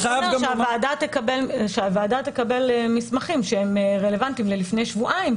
זה רק אומר שהוועדה תקבל מסמכים שהם רלוונטיים ללפני שבועיים.